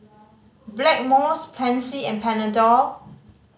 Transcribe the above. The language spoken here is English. Blackmores Pansy and Panadol